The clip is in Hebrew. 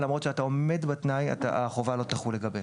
למרות שאתה עומד בתנאי החובה לא תחול לגביך.